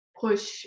push